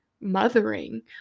mothering